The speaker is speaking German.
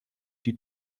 die